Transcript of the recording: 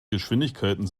geschwindigkeiten